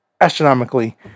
astronomically